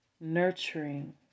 nurturing